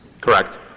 Correct